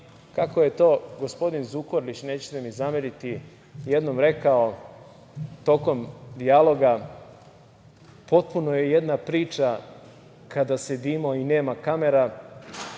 kako je to gospodin Zukorlić, nećete mi zameriti, jednom rekao tokom dijaloga - potpuno je jedna priča kada sedimo i nema kamera,